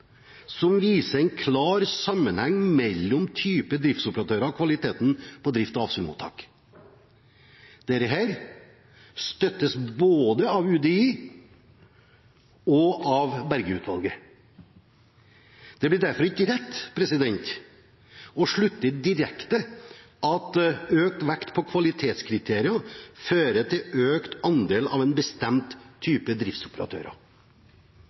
som viser en klar sammenheng mellom type driftsoperatører og kvaliteten på drift av asylmottak. Dette støttes både av UDI og av Berge-utvalget. Det blir derfor ikke rett å trekke den direkte slutning at økt vekt på kvalitetskriterier fører til økt andel av en bestemt type driftsoperatører.